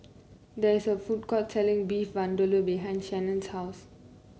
there is a food court selling Beef Vindaloo behind Shannon's house